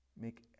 Make